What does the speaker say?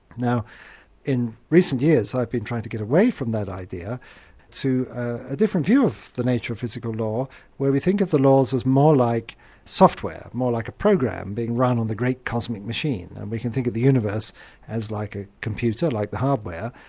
in recent years i've been trying to get away from that idea to a different view of the nature of physical law where we think of the laws as more like software, more like a program being run on the great cosmic machine and we can think of the universe as like a computer, like the hardware,